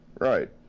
right